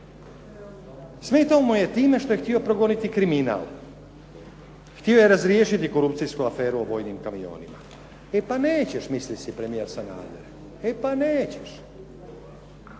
Smetao mu je time što je htio progoniti kriminal, htio je razriješiti korupcijsku aferu o vojnim kamionima. E pa nećeš, misli si premijer Sanader, e pa nećeš.